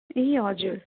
ए हजुर